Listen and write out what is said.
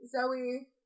Zoe